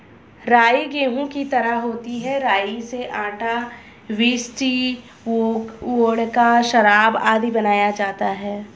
राई गेहूं की तरह होती है राई से आटा, व्हिस्की, वोडका, शराब आदि बनाया जाता है